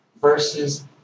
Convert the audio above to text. versus